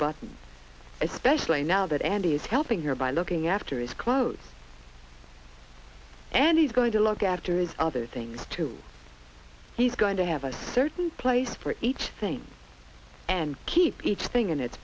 but especially now that andy is helping her by looking after his clothes and he's going to look after the other things too he's going to have a certain place for each thing and keep each thing in its